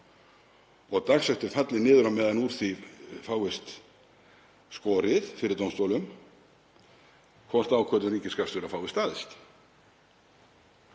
og dagsektir falli niður á meðan úr því fáist skorið fyrir dómstólum hvort ákvörðun ríkisskattstjóra fái staðist.